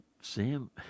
Sam